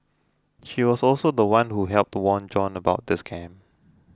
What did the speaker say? she was also the one who helped warn John about the scam